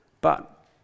But